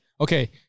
okay